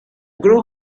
group